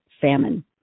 famine